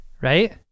Right